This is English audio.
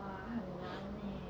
!wah! 很难 leh